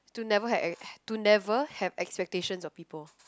to never have to never have expectations of people